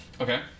Okay